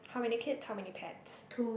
how many kids how many pets